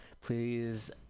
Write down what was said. please